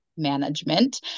Management